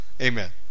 Amen